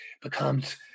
becomes